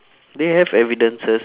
they have evidences